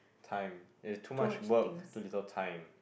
time there is too much work too little time